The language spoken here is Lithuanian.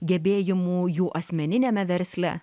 gebėjimų jų asmeniniame versle